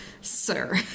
sir